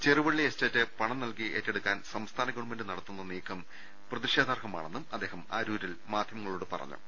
ചെറു വള്ളി എസ്റ്റേറ്റ് പണം നൽകി ഏറ്റെടുക്കാൻ സംസ്ഥാന ഗവൺമെന്റ് നട ത്തുന്ന നീക്കം പ്രതിഷേധാർഹമാണെന്നും അദ്ദേഹം അരൂരിൽ മാധ്യമങ്ങ ളോട് പറഞ്ഞു